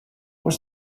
was